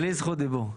בלי זכות דיבור.